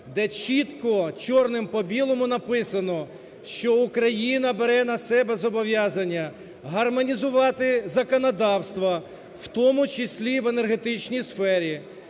де чітко чорним по білому написано, що Україна бере на себе зобов'язання гармонізувати законодавство, в тому числі в енергетичній сфері,